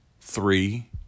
three